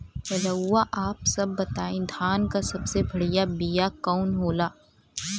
रउआ आप सब बताई धान क सबसे बढ़ियां बिया कवन होला?